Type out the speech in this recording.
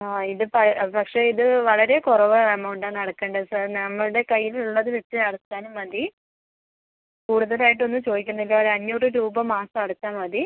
ആ ഇത് പക്ഷേ ഇത് വളരെ കുറവ് എമൗണ്ട് ആണ് അടയ്ക്കേണ്ടത് സർ നമ്മളുടെ കൈയ്യിൽ ഉള്ളത് വെച്ച് അടച്ചാലും മതി കൂടുതൽ ആയിട്ട് ഒന്നും ചോദിക്കുന്നില്ല ഒര് അഞ്ഞൂറ് രൂപ മാസം അടച്ചാൽ മതി